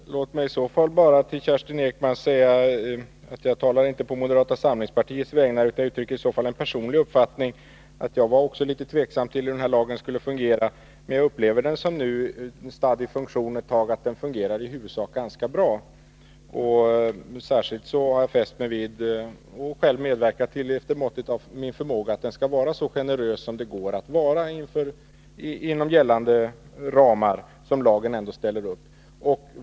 Herr talman! Låt mig bara säga till Kerstin Ekman att jag inte talar på moderata samlingspartiets vägnar — jag uttrycker en personlig uppfattning. | Jag var också litet tveksam till hur lagen skulle fungera. Men nu, efter att den varit i funktion ett tag, upplever jag att den fungerar i huvudsak ganska bra. Särskilt har jag fäst mig vid och själv medverkat till, efter måttet av min förmåga, att man skall vara så generös som det går att vara inom gällande ramar som lagen ställer upp.